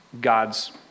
God's